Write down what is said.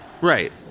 Right